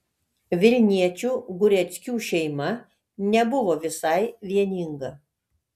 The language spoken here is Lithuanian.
vilniečių gureckių šeima nebuvo visai vieninga